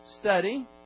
study